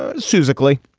ah susan ackley,